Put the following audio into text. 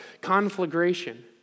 conflagration